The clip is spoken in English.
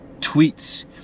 tweets